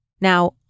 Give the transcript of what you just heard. Now